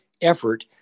effort